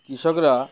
কৃষকরা